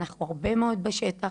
אנחנו הרבה מאוד בשטח,